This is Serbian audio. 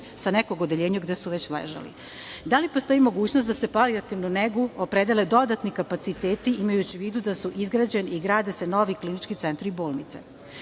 sa nekog odeljenja gde su već ležali? Da li postoji mogućnost da se za palijativnu negu opredele dodatni kapaciteti, imajući u vidu da su izgrađeni i grade se novi klinički centri i bolnice? Mislim